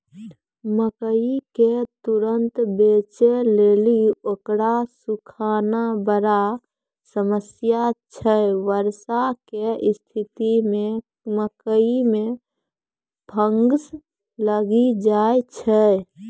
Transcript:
मकई के तुरन्त बेचे लेली उकरा सुखाना बड़ा समस्या छैय वर्षा के स्तिथि मे मकई मे फंगस लागि जाय छैय?